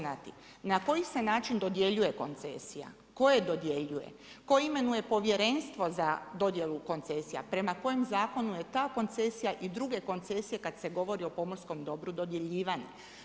Na koji se način dodjeljuje koncesija, tko je dodjeljuje, tko imenuje povjerenstvo za dodjelu koncesija, prema kojem zakonu je ta koncesija i druge koncesije kad se govori pomorskom dobru dodjeljivane.